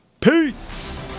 Peace